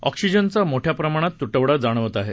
ऑक्सीजनचा मोठ्या प्रमाणात तुटवडा जाणवत आहे